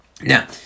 Now